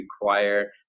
require